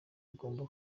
agomba